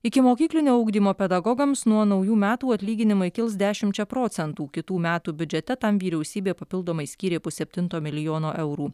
ikimokyklinio ugdymo pedagogams nuo naujų metų atlyginimai kils dešimčia procentų kitų metų biudžete tam vyriausybė papildomai skyrė pusseptinto milijono eurų